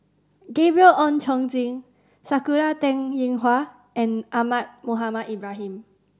Gabriel Oon Chong Jin Sakura Teng Ying Hua and Ahmad Mohamed Ibrahim